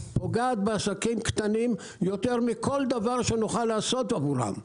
פוגעת בעסקים קטנים יותר מכל דבר שנוכל לעשות עבורם.